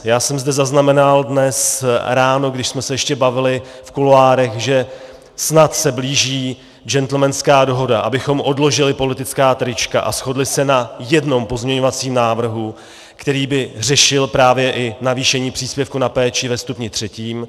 Já jsem zde zaznamenal dnes ráno, když jsme se ještě bavili v kuloárech, že snad se blíží gentlemanská dohoda, abychom odložili politická trička a shodli se na jednom pozměňovacím návrhu, který by řešil právě i navýšení příspěvku na péči ve stupni třetím.